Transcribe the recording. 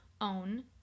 own